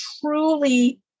truly